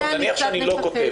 נניח שאני לא כותב,